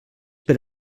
per